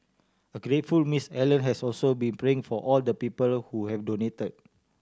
a grateful Miss Allen has also been praying for all the people who have donated